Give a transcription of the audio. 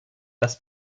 das